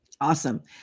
Awesome